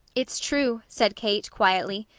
it's true, said kate, quietly.